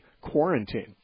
quarantine